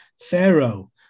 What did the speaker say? Pharaoh